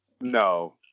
No